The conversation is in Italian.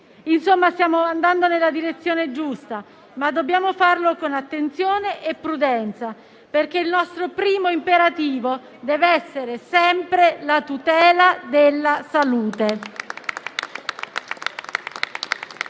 Insomma, stiamo andando nella direzione giusta, ma dobbiamo farlo con attenzione e prudenza, perché il nostro primo imperativo dev'essere sempre la tutela della salute.